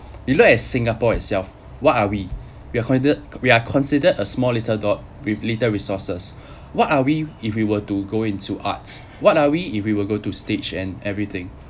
you look as singapore itself what are we we are ther~ we are considered a small little dot with little resources what are we if we were to go into arts what are we if we will go to stage and everything